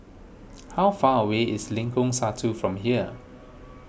how far away is Lengkong Satu from here